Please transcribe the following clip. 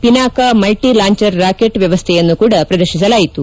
Pinaka multi launcher rocket ವ್ಯವಸ್ಥೆಯನ್ನು ಪ್ರದರ್ಶಿಸಲಾಯಿತು